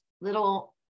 little